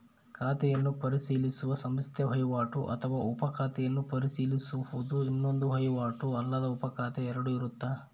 ಖಾತೆಯನ್ನು ಪರಿಶೀಲಿಸುವ ಸಂಸ್ಥೆ ವಹಿವಾಟು ಅಥವಾ ಉಪ ಖಾತೆಯನ್ನು ಪರಿಶೀಲಿಸುವುದು ಇನ್ನೊಂದು ವಹಿವಾಟು ಅಲ್ಲದ ಉಪಖಾತೆ ಎರಡು ಇರುತ್ತ